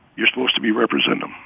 you're supposed to be representing